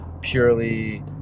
purely